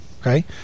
okay